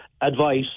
advice